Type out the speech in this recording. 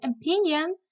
opinion